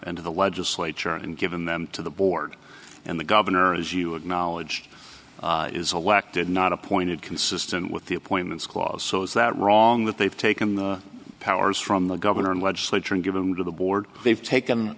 and the legislature and given them to the board and the governor as you acknowledged is elected not appointed consistent with the appointments clause so is that wrong that they've taken the powers from the governor and legislature and given to the board they've taken